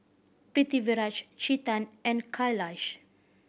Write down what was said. Pritiviraj Chetan and Kailash